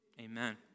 Amen